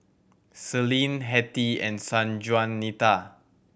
Celine Hettie and Sanjuanita